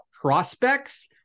prospects